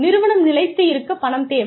நிறுவனம் நிலைத்து இருக்கப் பணம் தேவை